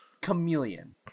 chameleon